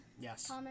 Yes